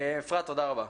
אפרת תודה רבה,